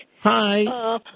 Hi